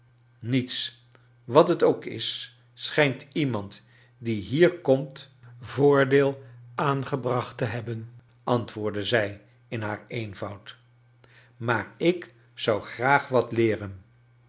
niets wat het ook is schijnt iemand die hier komt voordeel aangebracht te liebben antwoordde zij in haar eenvoud maar ik zou graag wat leeren